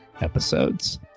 episodes